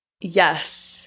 Yes